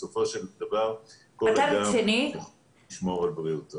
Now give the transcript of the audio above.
בסופו של דבר כל אדם ישמור על בריאותו.